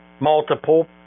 multiple